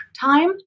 time